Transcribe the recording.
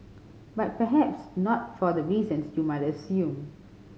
but perhaps not for the reasons you might assume